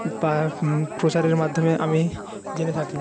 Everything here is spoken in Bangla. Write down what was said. তা প্রচারের মাধ্যমে আমি জেনে থাকি